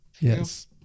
Yes